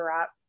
up